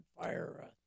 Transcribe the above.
fire